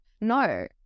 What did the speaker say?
no